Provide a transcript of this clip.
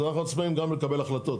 אז אנחנו עצמאים גם לקבל החלטות,